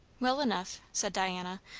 well enough, said diana.